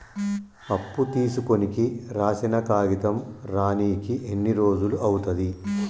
అప్పు తీసుకోనికి రాసిన కాగితం రానీకి ఎన్ని రోజులు అవుతది?